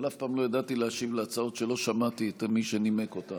אבל אף פעם לא ידעתי להשיב על הצעות שלא שמעתי את מי שנימק אותן.